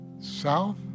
south